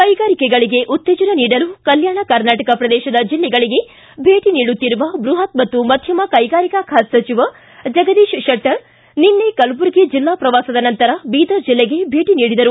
ಕೈಗಾರಿಕೆಗಳಿಗೆ ಉತ್ತೇಜನ ನೀಡಲು ಕಲ್ವಾಣ ಕರ್ನಾಟಕ ಪ್ರದೇಶದ ಜಿಲ್ಲೆಗಳಿಗೆ ಭೇಟ ನೀಡುತ್ತಿರುವ ಬೃಹತ್ ಹಾಗೂ ಮಧ್ವಮ ಕೈಗಾರಿಕಾ ಸಚಿವ ಜಗದೀಶ ಶೆಟ್ಟರ್ ನಿನ್ನೆ ಕಲಬುರ್ಗಿ ಜಿಲ್ಲಾ ಶ್ರವಾಸದ ನಂತರ ಬೀದರ ಜಿಲ್ಲೆಗೆ ಭೇಟ ನೀಡಿದರು